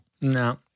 No